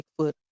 Bigfoot